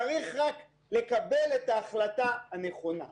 צריך רק לקבל את ההחלטה הנכונה.